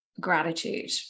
gratitude